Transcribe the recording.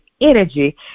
energy